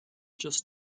purchase